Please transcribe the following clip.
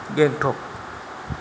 Gangtok